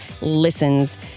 listens